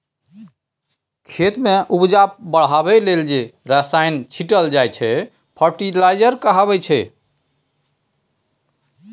खेत मे उपजा बढ़ाबै लेल जे रसायन छीटल जाइ छै फर्टिलाइजर कहाबै छै